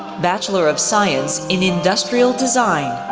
bachelor of science in industrial design.